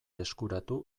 eskuratu